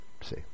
see